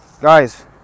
guys